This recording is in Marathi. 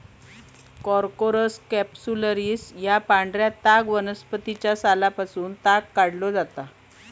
कॉर्कोरस कॅप्सुलरिस या पांढऱ्या ताग वनस्पतीच्या सालापासून ताग काढलो जाता